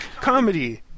comedy